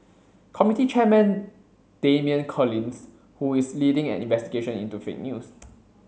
committee chairman Damian Collins who is leading an investigation into fake news